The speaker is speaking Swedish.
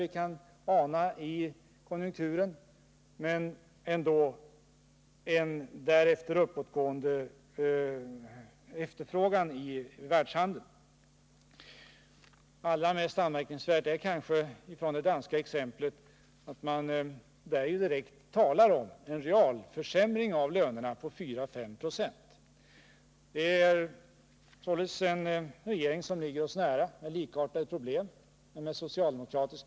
Vi kan ana en svacka i konjunkturen men därefter ganska snart en uppåtgående efterfrågan i världshandeln igen. Allra mest anmärkningsvärt är kanske att man i Danmark direkt talar om en reallöneförsämring på 4-5 20. Det är således en socialdemokratisk regering som säger så, och dess problem är likartade våra.